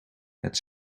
het